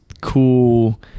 cool